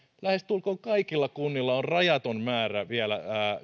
lähestulkoon kaikilla kunnilla on rajaton määrä vielä